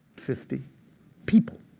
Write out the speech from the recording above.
fifty people,